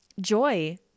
joy